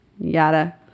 Yada